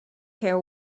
care